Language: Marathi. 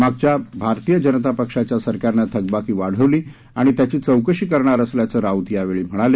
मागच्या भारतीय जनता पक्षाच्या सरकारनं थकबाकी वाढवली आणि त्याची चौकशी करणार असल्याचं राऊत यावेळी म्हणाले